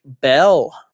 Bell